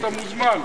אתה מוזמן.